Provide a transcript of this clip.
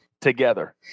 together